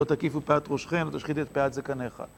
לא תקיפו פאת ראשכם, ולא תשחית את פאת זקנך.